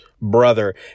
brother